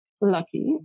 lucky